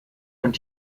und